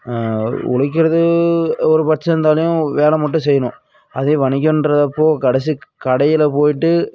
உழைக்கிறது ஒரு பர்சன்ட் தனியாக வேலை மட்டும் செய்யணும் அதே வணிகம்ன்றப்போ கடைசி கடையில் போய்விட்டு